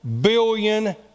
billion